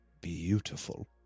beautiful